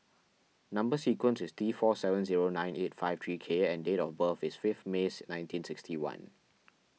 Number Sequence is T four seven zero nine eight five three K and date of birth is fifth May nineteen sixty one